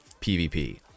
PvP